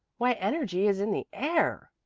why, energy is in the air!